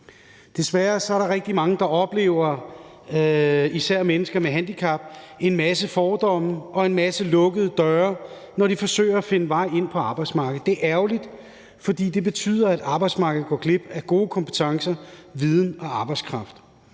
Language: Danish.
Desværre er der rigtig mange mennesker med handicap, der oplever en masse fordomme og en masse lukkede døre, når de forsøger at finde vej ind på arbejdsmarkedet. Det er ærgerligt, fordi det betyder, at arbejdsmarkedet går glip af gode kompetencer, viden og arbejdskraft.